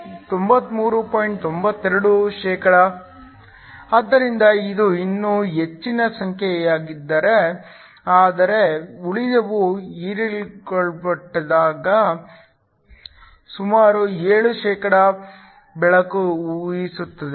92 ಆದ್ದರಿಂದ ಇದು ಇನ್ನೂ ಹೆಚ್ಚಿನ ಸಂಖ್ಯೆಯಾಗಿದೆ ಆದರೆ ಉಳಿದವು ಹೀರಿಕೊಳ್ಳಲ್ಪಟ್ಟಾಗ ಸುಮಾರು 7 ಬೆಳಕು ಊಹಿಸುತ್ತದೆ